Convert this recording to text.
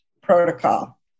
protocol